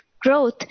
growth